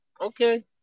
Okay